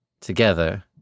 together